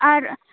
ᱟᱨ